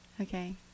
Okay